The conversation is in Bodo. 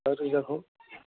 बा रोजाखौ